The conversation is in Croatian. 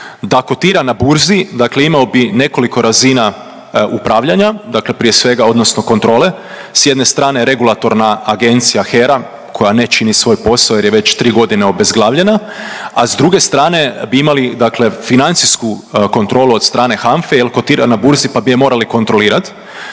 da kotira na burzi. Dakle, imao bi nekoliko razina upravljanja. Dakle, prije svega odnosno kontrole. S jedne strane regulatorna agencija HER-a koja ne čini svoj posao jer je već tri godine obezglavljena, a s druge strane bi imali, dakle financijsku kontrolu od strane HANFA-e jer kotira na burzi pa bi je morali kontrolirati,